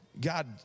God